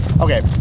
Okay